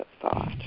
thought